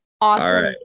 Awesome